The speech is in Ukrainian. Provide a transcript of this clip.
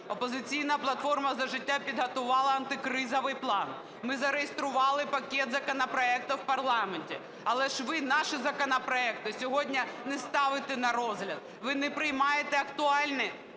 "Опозиційна платформа - За життя" підготувала антикризовий план, ми зареєстрували пакет законопроектів в парламенті. Але ж ви наші законопроекти сьогодні не ставите на розгляд. Ви не приймаєте актуальні